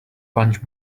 punch